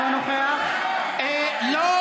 אינו נוכח אבי דיכטר,